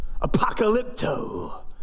apocalypto